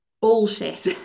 bullshit